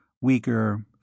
weaker